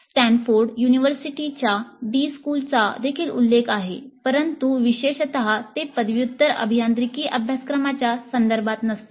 Stanford युनिव्हर्सिटीच्या D स्कूलचा देखील उल्लेख आहे परंतु विशेषतः ते पदव्युत्तर अभियांत्रिकी अभ्यासक्रमाच्या संदर्भात नसते